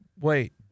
wait